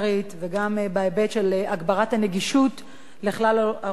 בהיבט של הגברת הנגישות לכלל האוכלוסייה,